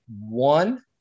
one